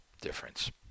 difference